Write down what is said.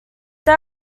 they